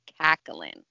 cackling